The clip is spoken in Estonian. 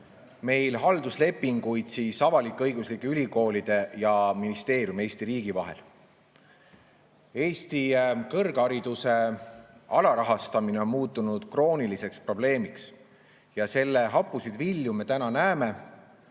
meil halduslepinguid avalik-õiguslike ülikoolide ja ministeeriumi, Eesti riigi vahel. Eesti kõrghariduse alarahastamine on muutunud krooniliseks probleemiks ja selle hapusid vilju me näeme